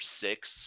six